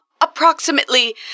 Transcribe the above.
approximately